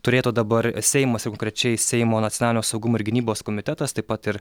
turėtų dabar seimas jau konkrečiai seimo nacionalinio saugumo ir gynybos komitetas taip pat ir